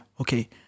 okay